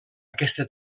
aquesta